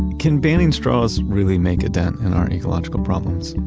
can banning straws really make a dent in our ecological problems?